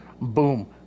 boom